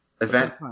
Event